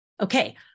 okay